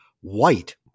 white